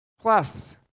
plus